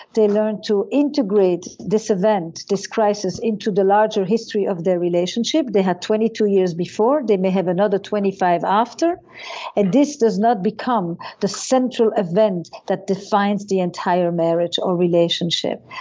they learn to integrate this event, this crisis into the larger history of their relationship. they had twenty two years before, they may have another twenty five after and this does not become the central event that defines the entire marriage or relationship.